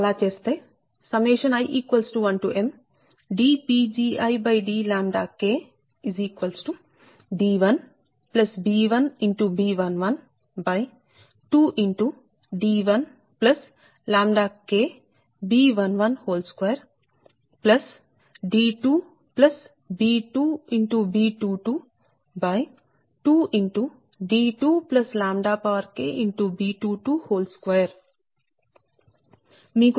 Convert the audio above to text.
అలా చేస్తే i1mdPgidλd1b1B112d1KB112 d2b2B222d2KB222